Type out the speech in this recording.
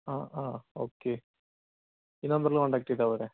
ആ ആ ഓക്കെ ഈ നമ്പറില് കോണ്ടാക്റ്റ് ചെയ്താല്പ്പോരെ